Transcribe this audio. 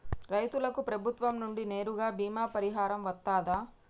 రైతులకు ప్రభుత్వం నుండి నేరుగా బీమా పరిహారం వత్తదా?